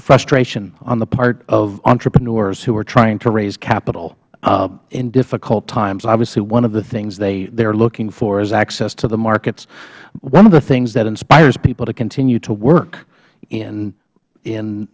frustration on the part of entrepreneurs who are trying to raise capital in difficult times obviously one of the things they are looking for is access to the markets one of the things that inspires people to continue to work in